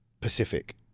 Pacific